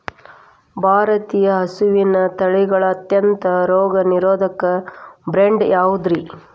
ಭಾರತೇಯ ಹಸುವಿನ ತಳಿಗಳ ಅತ್ಯಂತ ರೋಗನಿರೋಧಕ ಬ್ರೇಡ್ ಯಾವುದ್ರಿ?